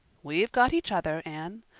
we've got each other, anne.